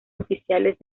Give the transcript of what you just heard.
oficiales